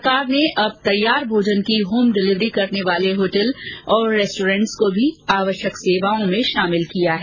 सरकार ने अब तैयार भोजन की होम डिलिवरी करने वाले होटल और रेस्टोरेंट्स को भी आवश्यक सेवाओं में शामिल किया है